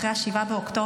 אחרי 7 באוקטובר,